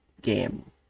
game